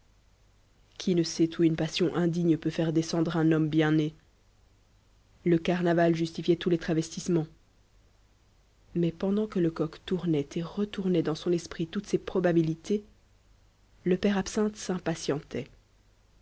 qui ne sait où une passion indigne peut faire descendre un homme bien né le carnaval justifiait tous les travestissements mais pendant que lecoq tournait et retournait dans son esprit toutes ces probabilités le père absinthe s'impatientait